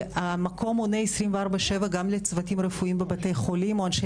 המקום עונה 24/7 גם לצוותים רפואיים בבתי חולים או אנשי